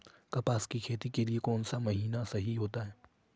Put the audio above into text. कपास की खेती के लिए कौन सा महीना सही होता है?